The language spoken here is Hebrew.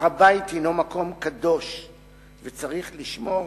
הר-הבית הינו מקום קדוש וצריך לשמור